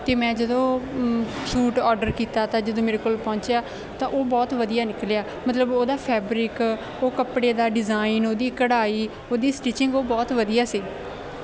ਅਤੇ ਮੈਂ ਜਦੋਂ ਸੂਟ ਔਡਰ ਕੀਤਾ ਤਾਂ ਜਦੋਂ ਮੇਰੇ ਕੋਲ ਪਹੁੰਚਿਆ ਤਾਂ ਉਹ ਬਹੁਤ ਵਧੀਆ ਨਿਕਲਿਆ ਮਤਲਬ ਉਹਦਾ ਫੈਬਰਿਕ ਉਹ ਕੱਪੜੇ ਦਾ ਡਿਜ਼ਾਇਨ ਉਹਦੀ ਕਢਾਈ ਉਹਦੀ ਸਟਿਚਿੰਗ ਉਹ ਬਹੁਤ ਵਧੀਆ ਸੀ